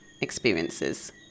experiences